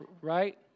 Right